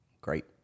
Great